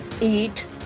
eat